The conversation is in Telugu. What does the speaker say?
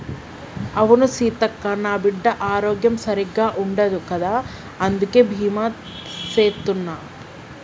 అవును సీతక్క, నా బిడ్డ ఆరోగ్యం సరిగ్గా ఉండదు కదా అందుకే బీమా సేత్తున్న